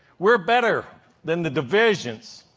we're better than the divisions